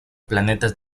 planetas